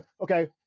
Okay